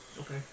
Okay